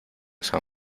san